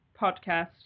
podcast